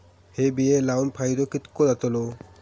हे बिये लाऊन फायदो कितको जातलो?